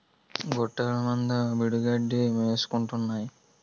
గొఱ్ఱెలమంద బీడుగడ్డి మేసుకుంటాన్నాయి